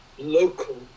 local